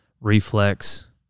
Reflex